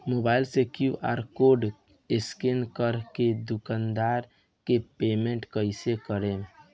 Mobile से QR code scan कर के दुकान मे पेमेंट कईसे करेम?